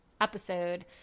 episode